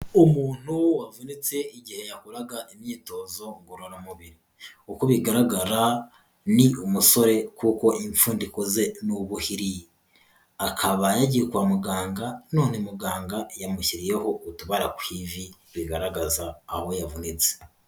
Umuntu wavunitse igihe yakoraga imyitozo ngororamubiri, uko bigaragara ni umusore kuko infudiko ze n'ubuhiri, akaba yagiye kwa muganga none muganga yamushyiriyeho utubara ku ivi bigaragaza aho yavunitse.